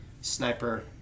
sniper